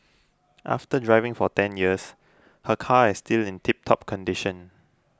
after driving for ten years her car is still in tiptop condition